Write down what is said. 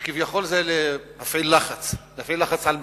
כביכול להפעיל לחץ על מי?